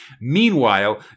Meanwhile